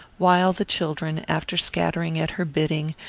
while the children, after scattering at her bidding,